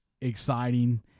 exciting